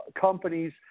companies